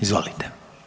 Izvolite.